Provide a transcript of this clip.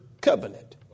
covenant